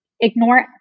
Ignore